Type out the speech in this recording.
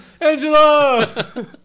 Angela